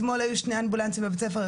אתמול היו שני אמבולנסים בבית הספר,